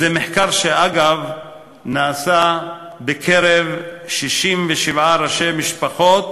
אגב, זה מחקר שנעשה בקרב 67 ראשי משפחות